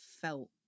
felt